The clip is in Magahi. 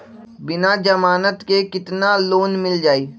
बिना जमानत के केतना लोन मिल जाइ?